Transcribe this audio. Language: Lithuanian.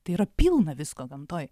tai yra pilna visko gamtoj